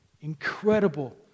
incredible